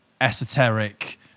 esoteric